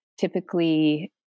typically